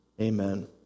amen